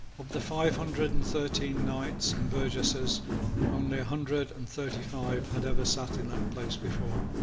of the five hundred and thirteen knights and burgesses only a hundred and thirty-five had ever sate in that place before.